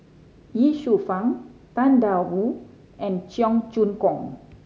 Ye Shufang Tang Da Wu and Cheong Choong Kong